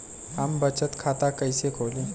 हम बचत खाता कइसे खोलीं?